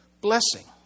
blessing